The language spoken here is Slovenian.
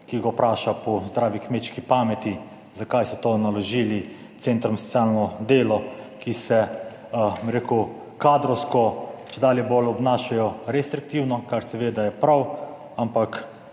ki ga vpraša po zdravi kmečki pameti, zakaj so to naložili centrom za socialno delo, ki se, bom rekel, kadrovsko čedalje bolj obnašajo restriktivno kar seveda je prav, ampak